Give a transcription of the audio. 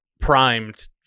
primed